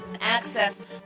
Access